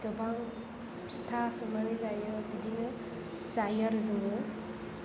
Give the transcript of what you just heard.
गोबां फिथा सावनानै जायो बिदिनो जायो आरो जोङो